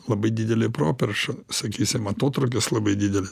labai didelė properša sakysim atotrūkis labai didelis